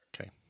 Okay